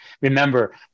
remember